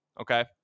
Okay